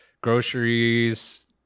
groceries